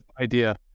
idea